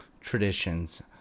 traditions